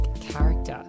character